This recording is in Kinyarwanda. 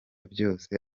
byose